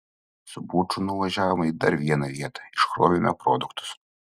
su buču nuvažiavome į dar vieną vietą iškrovėme produktus